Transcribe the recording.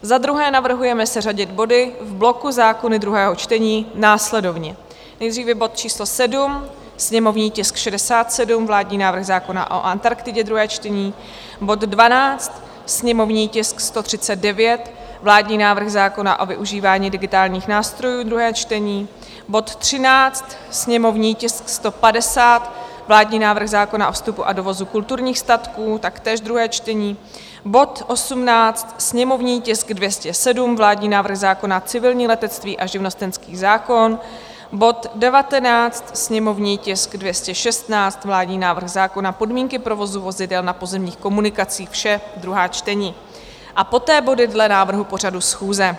Za druhé navrhujeme seřadit body v bloku Zákony druhé čtení následovně: nejdříve bod číslo 7, sněmovní tisk 67, vládní návrh zákona o Antarktidě, druhé čtení; bod 12, sněmovní tisk 139, vládní návrh zákona o využívání digitálních nástrojů, druhé čtení; bod 13, sněmovní tisk 150, vládní návrh zákona o vstupu a dovozu kulturních statků, taktéž druhé čtení; bod 18, sněmovní tisk 207, vládní návrh zákona, civilní letectví a živnostenský zákon, druhé čtení; bod 19, sněmovní tisk 216, vládní návrh zákona, podmínky provozu vozidel na pozemních komunikacích, vše druhá čtení, a poté body dle návrhu pořadu schůze.